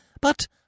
But—